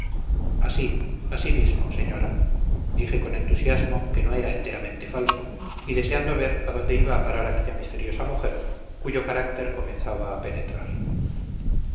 así así mismo señora dije con entusiasmo que no era enteramente falso y deseando ver a dónde iba a parar aquella misteriosa mujer cuyo carácter comenzaba a penetrar